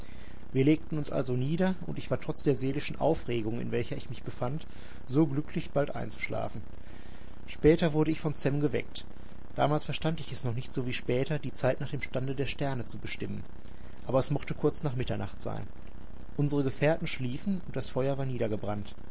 wir legten uns also nieder und ich war trotz der seelischen aufregung in welcher ich mich befand so glücklich bald einzuschlafen später wurde ich von sam geweckt damals verstand ich es noch nicht so wie später die zeit nach dem stande der sterne zu bestimmen aber es mochte kurz nach mitternacht sein unsere gefährten schliefen und das feuer war niedergebrannt